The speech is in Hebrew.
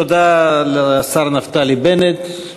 תודה לשר נפתלי בנט.